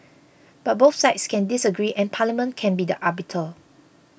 but both sides can disagree and Parliament can be the arbiter